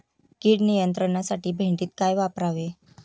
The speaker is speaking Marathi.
कीड नियंत्रणासाठी भेंडीत काय वापरावे?